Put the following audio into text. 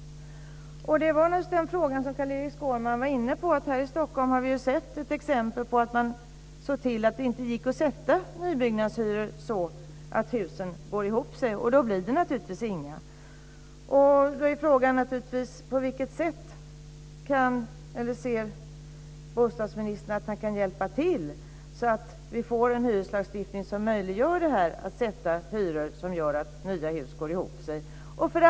Det var just den frågan Carl-Erik Skårman var inne på. I Stockholm har vi sett ett exempel på att det inte har gått att sätta hyror på nyproduktion så att kalkylen för husen går ihop. Då blir det naturligtvis inga hus. På vilket sett ser bostadsministern att han kan hjälpa till, så att det går att få en hyreslagstiftning som möjliggör att det går att sätta hyror som gör att kalkylen för nya hus går ihop?